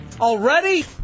Already